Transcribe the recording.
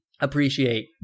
appreciate